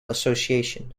association